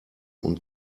und